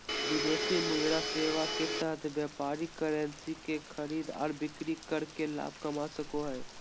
विदेशी मुद्रा सेवा के तहत व्यापारी करेंसी के खरीद आर बिक्री करके लाभ कमा सको हय